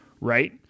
right